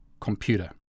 computer